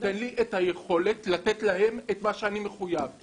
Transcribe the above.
שייתן לי את היכולת לתת להם את מה שאני מחויב על פי חוק.